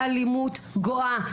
האלימות גואה.